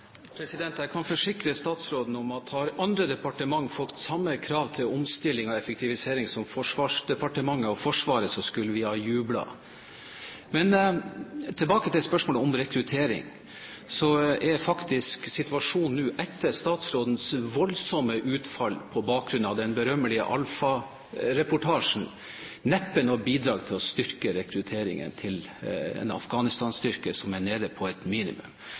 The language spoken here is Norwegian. Kristiansen. Jeg kan forsikre statsråden om at hadde andre departementer fått samme krav til omstilling og effektivisering som Forsvarsdepartementet og Forsvaret, så skulle vi ha jublet. Men tilbake til spørsmålet om rekruttering. Statsrådens voldsomme utfall på bakgrunn av den berømmelige Alfa-reportasjen er neppe noe bidrag til å styrke rekrutteringen til en Afghanistan-styrke som er nede på et minimum.